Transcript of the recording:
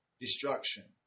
destruction